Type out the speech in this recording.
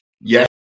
yes